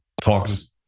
talks